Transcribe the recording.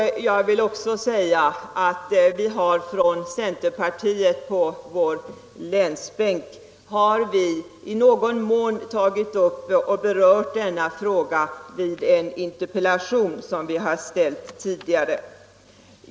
Jag vill också säga att en av centerpartiets ledamöter på länsbänken i viss mån berört denna fråga i en tidigare framställd interpellation.